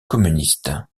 communiste